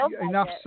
enough